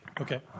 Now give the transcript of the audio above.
Okay